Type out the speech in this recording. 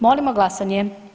Molimo glasanje.